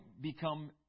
become